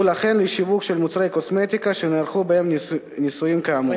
וכן לשווק מוצרי קוסמטיקה שנערכו בהם ניסויים כאמור.